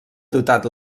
dotat